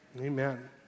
Amen